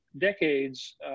decades